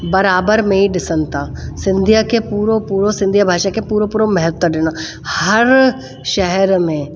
बराबरि में ई ॾिसनि था सिंधीअ खे पूरो पूरो सिंधीअ भाषा खे पूरो पूरो महत्व ॾिनो हर शहर में